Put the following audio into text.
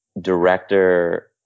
director